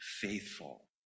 faithful